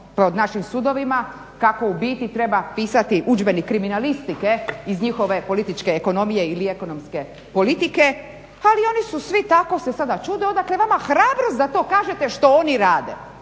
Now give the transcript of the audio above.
po našim sudovima kako u biti treba pisati udžbenik kriminalistike iz njihove političke ekonomije ili ekonomske politike. ali oni se svi tako čude odakle vama hrabrost da to kažete što oni rade